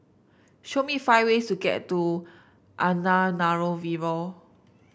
show me five ways to get to Antananarivo